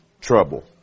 Trouble